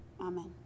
Amen